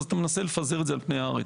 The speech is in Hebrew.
אז אתה מנסה לפזר את זה על פני הארץ